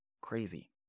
Crazy